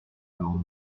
devant